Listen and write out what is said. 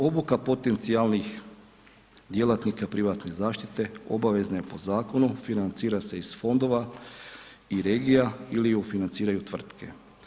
Obuka potencijalnih djelatnika privatne zaštite obavezna je po zakonu, financira se iz fondova i regija ili ju financiraju tvrtke.